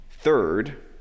Third